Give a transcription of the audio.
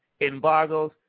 Embargoes